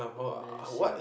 embarrassing